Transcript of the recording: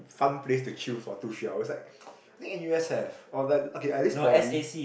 fun place to chill for two three hours it's like ppo I think N_U_S have okay at least Poly